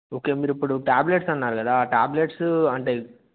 okay మీరు ఇప్పుడు tablets అన్నారు కదా ఆ ట్యాబ్లెట్స్ అంటే